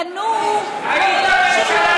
ינועו מוניות שירות,